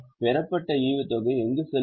பெறப்பட்ட ஈவுத்தொகை எங்கு செல்லும்